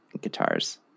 guitars